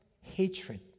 hatred